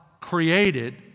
created